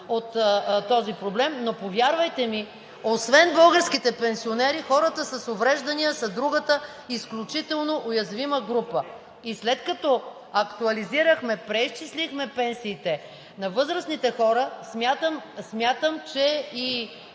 от този проблем, но повярвайте ми, освен българските пенсионери, хората с увреждания са другата изключително уязвима група. И след като актуализирахме, преизчислихме пенсиите на възрастните хора, смятам, че и